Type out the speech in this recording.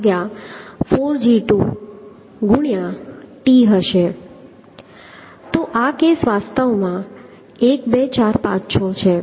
તો આ કેસ વાસ્તવમાં 1 2 4 5 6 છે